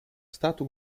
stato